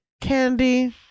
Candy